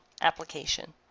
application